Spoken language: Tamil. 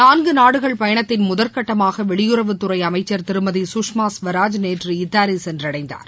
நான்கு நாடுகள் பயணத்தின் முதல்கட்டமாக வெளியுறவுத்துறை அமைச்ச் திருமதி குஷ்மா குவராஜ் நேற்று இத்தாலி சென்றடைந்தார்